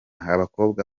abakobwa